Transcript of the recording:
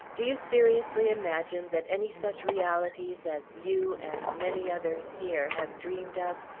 do you seriously imagine that any such realities as you, and many others here, have dreamed of,